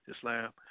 Islam